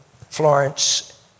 Florence